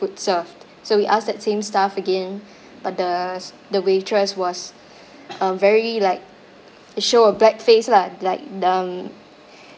food served so we asked that same staff again but the the waitress was uh very like show a black face lah like um